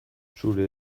zure